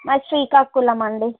మాది శ్రీకాకులమండి